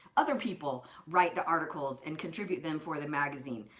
other people write the articles and contribute them for the magazine?